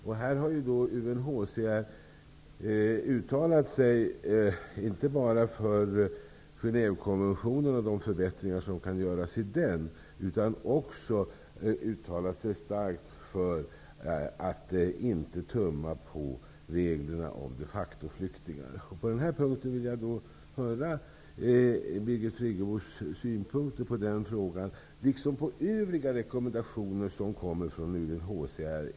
UNHCR har uttalat sig inte bara för Genève-konventionen och de förbättringar som kan göras i den, utan man har också uttalat sig starkt för att reglerna om de factoflyktingar inte skall tummas på. Jag skulle vilja höra Birgit Friggebos synpunkter på den frågan liksom på övriga rekommendationer som kommer från UNHCR.